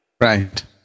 Right